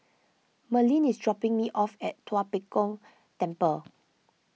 Merlyn is dropping me off at Tua Pek Kong Temple